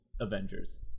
Avengers